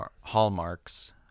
hallmarks